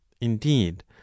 indeed